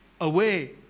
away